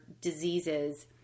diseases